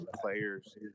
players